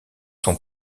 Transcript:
sont